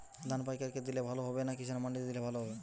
ধান পাইকার কে দিলে ভালো হবে না কিষান মন্ডিতে দিলে ভালো হবে?